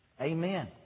Amen